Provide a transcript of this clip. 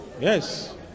yes